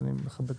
אני מכבד את הבקשה.